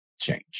change